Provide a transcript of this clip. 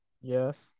Yes